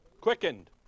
Quickened